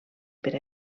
per